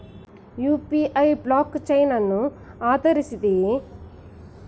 UPI blockchain ಅನ್ನು ಆಧರಿಸಿದೆಯೇ?